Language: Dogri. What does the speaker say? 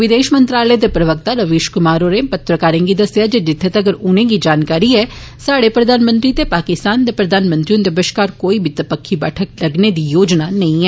विदेश मंत्रालय दे प्रवकता रविश कुमार होरें पत्रकारें गी दस्सेआ जे जित्थे तगर उनेंगी जानकारी ऐ स्हाड़े प्रधानमंत्री ते पाकिस्तान दे प्रधानमंत्री हुन्दे बश्कार कोई बी दपक्खी बैठक लग्गने दी योजना नेई ऐ